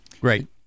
Great